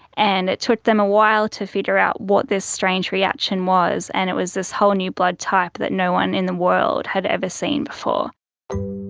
and it took them a while to figure out what this strange reaction was, and it was this whole new blood type that no one in the world had ever seen before.